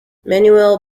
manuel